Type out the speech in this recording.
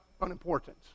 unimportant